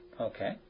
Okay